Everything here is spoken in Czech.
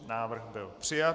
Návrh byl přijat.